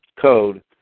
code